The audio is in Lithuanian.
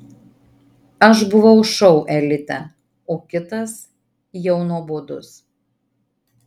aš buvau šou elite o kitas jau nuobodus